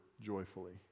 joyfully